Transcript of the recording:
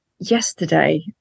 Yesterday